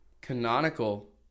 canonical